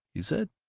he said.